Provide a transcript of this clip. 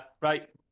Right